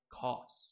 cost